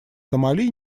сомали